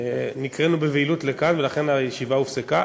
נקראנו בבהילות לכאן, ולכן הישיבה הופסקה.